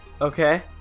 Okay